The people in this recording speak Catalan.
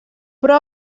però